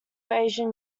asian